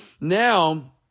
now